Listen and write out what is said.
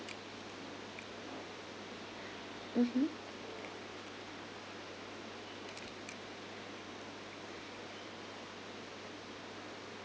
mmhmm